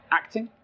acting